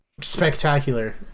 spectacular